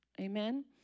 Amen